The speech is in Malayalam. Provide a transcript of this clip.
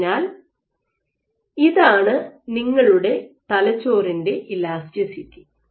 അതിനാൽ ഇതാണ് നിങ്ങളുടെ തലച്ചോറിന്റെ ഇലാസ്റ്റിസിറ്റി